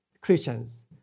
Christians